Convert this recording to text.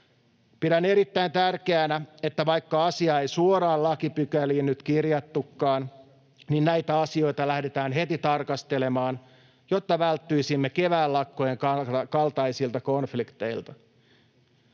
Pidän erittäin tärkeänä, että vaikka asiaa ei suoraan lakipykäliin nyt kirjattukaan, niin näitä asioita lähdetään heti tarkastelemaan, jotta välttyisimme kevään lakkojen kaltaisilta konflikteilta.